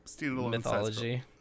Mythology